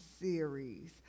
series